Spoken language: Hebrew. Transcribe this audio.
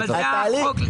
נוסף.